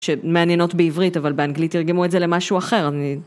שמעניינות בעברית אבל באנגלית תרגמו את זה למשהו אחר אני